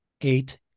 eight